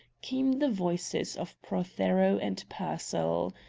came the voices of prothero and pearsall.